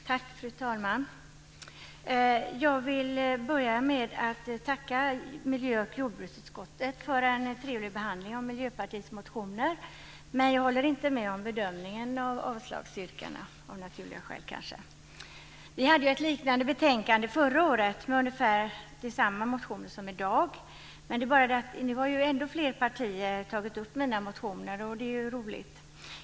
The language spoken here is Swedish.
Fru talman! Jag vill börja med att tacka miljö och jordbruksutskottet för en trevlig behandling av Miljöpartiets motioner, men jag håller, av naturliga skäl kanske, inte med i bedömningarna i avslagsyrkandena. Vi hade ju ett liknande betänkande förra året med ungefär samma motioner som i dag. Det är bara det att ännu fler partier nu har tagit upp mina motioner, och det är ju roligt.